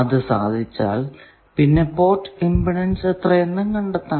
അത് സാധിച്ചാൽ പിന്നെ പോർട്ട് ഇമ്പിഡൻസ് എത്രയെന്നും കണ്ടെത്താം